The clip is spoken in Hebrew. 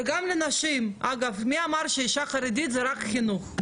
גם לנשים, אגב, מי אמר שאישה חרדית זה רק חינוך?